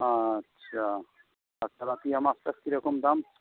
আচ্ছা আর তেলাপিয়া মাছ টাছ কীরকম দাম